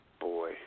boy